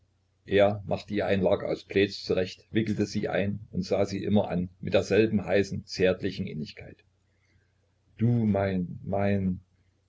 er machte ihr ein lager aus plaids zurecht wickelte sie ein und sah sie immer an mit derselben heißen zärtlichen innigkeit du mein mein